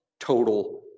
total